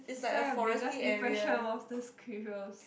so your biggest impression was the squirrels